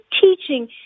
teaching